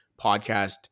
podcast